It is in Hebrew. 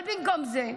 אבל גם זה,